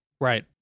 Right